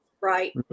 Right